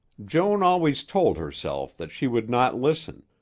joan always told herself that she would not listen,